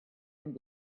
and